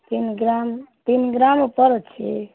ତିନ୍ ଗ୍ରାମ୍ ତିନ୍ ଗ୍ରାମ୍ ଉପର୍ ଅଛେ